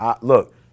Look